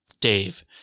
Dave